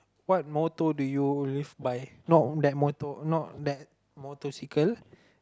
what motto do you live by not that motto not that motorcycle